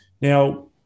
now